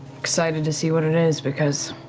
excited to see what it is. because